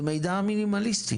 זה מידע מינימליסטי.